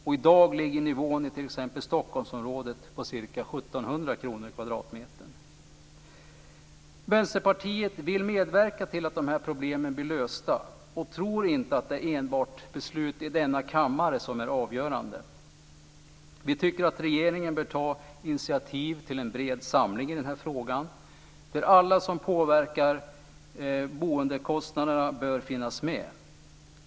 I dag ligger nivån i t.ex. Stockholmsområdet på ca 1 700 kr kvadratmetern. Vänsterpartiet vill medverka till att dessa problem blir lösta och tror inte att det är enbart beslut i denna kammare som är avgörande. Vi tycker att regeringen bör ta initiativ till en bred samling i den här frågan där alla som påverkar boendekostnaderna bör finnas med.